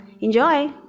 Enjoy